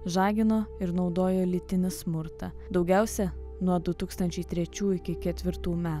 žagino ir naudojo lytinį smurtą daugiausiai nuo du tūkstančiai trečių iki ketvirtų metų